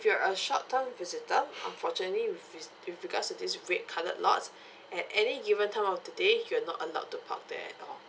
you're a short term visitor unfortunately wi~ wi~ with regards to this red colored lots at any given time of the day you're not allowed to park there at all